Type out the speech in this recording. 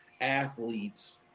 athletes